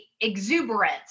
exuberance